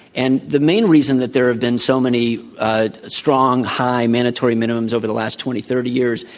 and the main reason that there have been so many strong, high mandatory minimums over the last twenty, thirty years,